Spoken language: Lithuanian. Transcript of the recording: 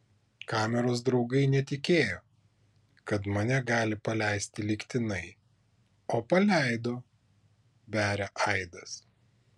kameros draugai netikėjo kad mane gali paleisti lygtinai o paleido beria aidas